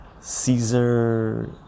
Caesar